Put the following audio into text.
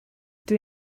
rydw